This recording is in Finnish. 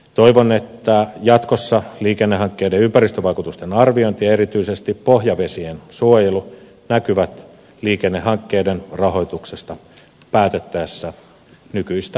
toivon että jatkossa liikennehankkeiden ympäristövaikutusten arviointi ja erityisesti pohjavesien suojelu näkyvät liikennehankkeiden rahoituksesta päätettäessä nykyistä vaikuttavammin